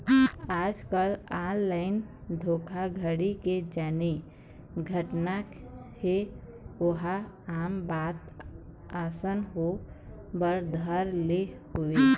आजकल ऑनलाइन धोखाघड़ी के जेन घटना हे ओहा आम बात असन होय बर धर ले हवय